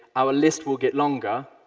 our list will get longer,